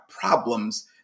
problems